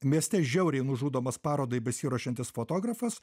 mieste žiauriai nužudomas parodai besiruošiantis fotografas